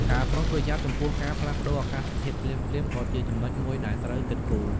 ការប្រុងប្រយ័ត្នចំពោះការផ្លាស់ប្តូរអាកាសធាតុភ្លាមៗក៏ជាចំណុចមួយដែលត្រូវគិតគូរ។